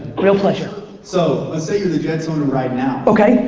real pleasure. so let's say you're the jets owner right now. okay.